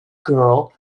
girl